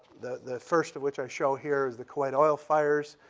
the the first of which i show here, is the kuwait oil fires.